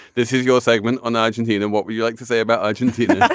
this is your segment on argentina and what would you like to say about argentina